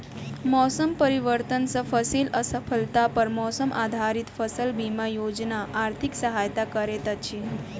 मौसम परिवर्तन सॅ फसिल असफलता पर मौसम आधारित फसल बीमा योजना आर्थिक सहायता करैत अछि